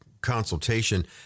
consultation